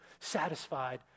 satisfied